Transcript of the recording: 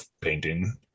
painting